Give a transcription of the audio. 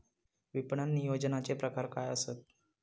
विपणन नियोजनाचे प्रकार काय आसत?